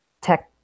tech